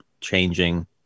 changing